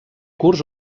curs